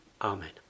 Amen